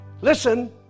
Listen